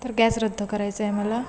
तर गॅस रद्द करायचं आहे मला